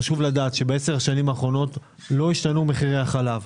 חשוב לדעת שבעשר השנים האחרונות לא השתנו מחירי החלב.